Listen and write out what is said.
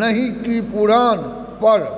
नहि कि पुरान पर